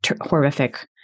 horrific